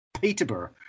Peterborough